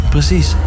Precies